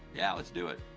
yeah, let's do it,